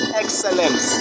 excellence